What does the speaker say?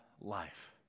life